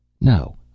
No